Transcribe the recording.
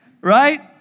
Right